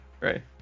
right